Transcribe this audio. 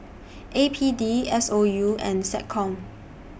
A P D S O U and Seccom